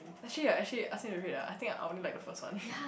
actually ya actually I think of it ah I think I only like the first one